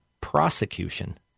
prosecution